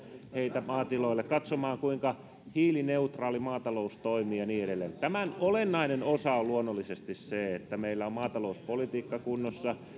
heitä maatiloille katsomaan kuinka hiilineutraali maatalous toimii ja niin edelleen tämän olennainen osa on luonnollisesti se että meillä on maatalouspolitiikka kunnossa